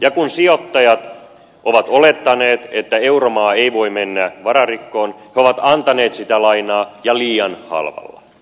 ja kun sijoittajat ovat olettaneet että euromaa ei voi mennä vararikkoon he ovat antaneet sitä lainaa ja liian halvalla